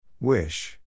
Wish